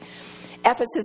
ephesus